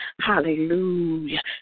Hallelujah